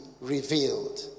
revealed